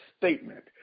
statement